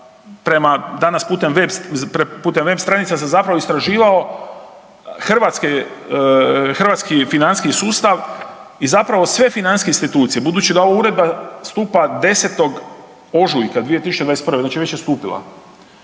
prema danas, putem web stranica sam zapravo istraživao hrvatski financijski sustav i zapravo sve financijske institucije, budući da ova Uredba stupa 10. ožujka 2021., znači već je stupila,